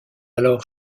alors